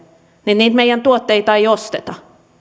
niin niitä meidän tuotteitamme ei osteta